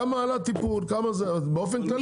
כמה עלה טיפול, כמה זה, באופן כללי.